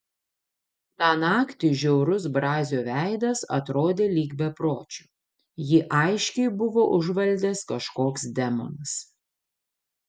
tą naktį žiaurus brazio veidas atrodė lyg bepročio jį aiškiai buvo užvaldęs kažkoks demonas